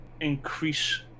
increase